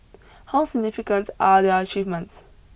how significant are their achievements